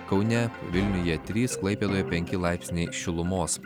kaune vilniuje trys klaipėdoj penki laipsniai šilumos